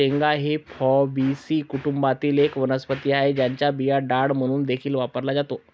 शेंगा ही फॅबीसी कुटुंबातील एक वनस्पती आहे, ज्याचा बिया डाळ म्हणून देखील वापरला जातो